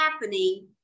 happening